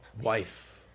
Wife